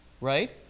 right